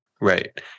Right